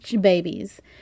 babies